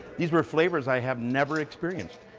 these were flavors i have never experienced.